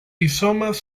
rizomas